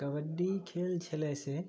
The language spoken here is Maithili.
तऽ कबड्डी खेल छलै से